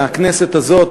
מהכנסת הזאת,